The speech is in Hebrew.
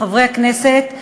חברי הכנסת,